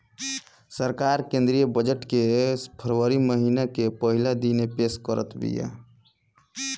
सरकार केंद्रीय बजट के फरवरी महिना के पहिला दिने पेश करत बिया